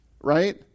right